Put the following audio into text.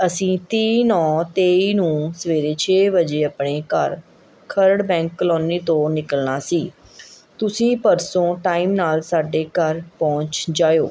ਅਸੀਂ ਤੀਹ ਨੌਂ ਤੇਈ ਨੂੰ ਸਵੇਰੇ ਛੇ ਵਜੇ ਆਪਣੇ ਘਰ ਖਰੜ ਬੈਂਕ ਕਲੋਨੀ ਤੋਂ ਨਿਕਲਣਾ ਸੀ ਤੁਸੀਂ ਪਰਸੋਂ ਟਾਈਮ ਨਾਲ਼ ਸਾਡੇ ਘਰ ਪਹੁੰਚ ਜਾਇਓ